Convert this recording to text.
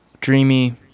dreamy